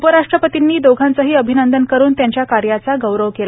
उपराष्ट्रपतींनी दोघांचही अभिनंदन करून त्यांच्या कार्याचा गौरव केला